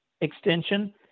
extension